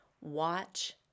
Watch